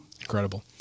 Incredible